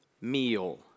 meal